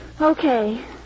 Okay